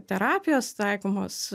terapijos taikomos